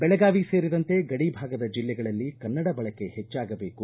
ಬೆಳಗಾವಿ ಸೇರಿದಂತೆ ಗಡಿ ಭಾಗದ ಜಿಲ್ಲೆಗಳಲ್ಲಿ ಕನ್ನಡ ಬಳಕೆ ಹೆಚ್ಚಾಗಬೇಕು